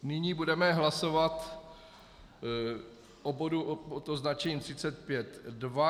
Nyní budeme hlasovat o bodu pod označením 35.2.